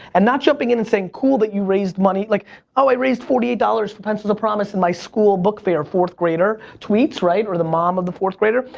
and not jumping in and saying cool that you raised money, like oh, i raised forty eight dollars for pencils of promise in my school book fair, fourth grader. tweets, right, or the mom of the fourth grader.